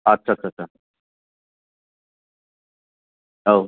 आतसा सा सा सा औ